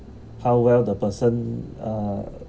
how well the person uh